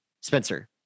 Spencer